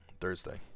Thursday